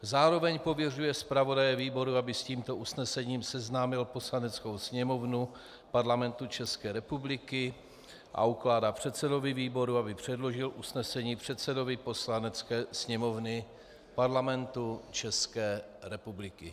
Zároveň pověřuje zpravodaje výboru, aby s tímto usnesením seznámil Poslaneckou sněmovnu Parlamentu České republiky, a ukládá předsedovi výboru, aby předložil usnesení předsedovi Poslanecké sněmovny Parlamentu České republiky.